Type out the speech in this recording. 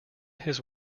his